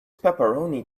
pepperoni